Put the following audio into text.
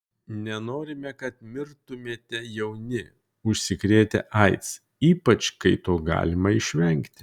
nenorime kad mirtumėte jauni užsikrėtę aids ypač kai to galima išvengti